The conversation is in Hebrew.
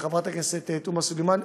חברת הכנסת תומא סלימאן,